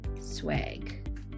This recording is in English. swag